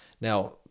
Now